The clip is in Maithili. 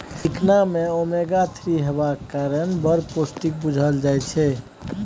चिकना मे ओमेगा थ्री हेबाक कारणेँ बड़ पौष्टिक बुझल जाइ छै